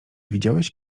widziałeś